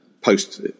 post